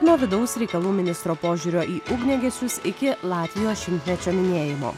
nuo vidaus reikalų ministro požiūrio į ugniagesius iki latvijos šimtmečio minėjimo